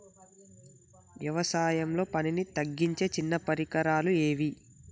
వ్యవసాయంలో పనిని తగ్గించే చిన్న పరికరాలు ఏవి?